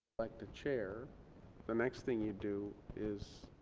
like the chair the next thing you do is